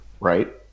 right